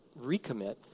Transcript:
recommit